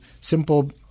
simple